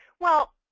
well,